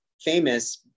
famous